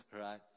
right